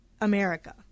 America